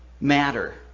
matter